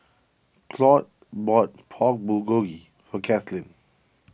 Claud bought Pork Bulgogi for Kathlene